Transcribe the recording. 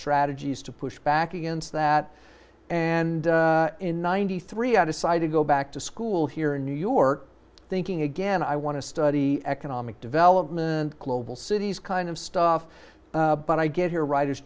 strategies to push back against that and in ninety three i decide to go back to school here in new york thinking again i want to study economic development global cities kind of stuff but i get here writers